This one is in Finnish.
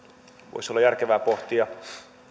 voisi myös olla järkevää pohtia